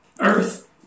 Earth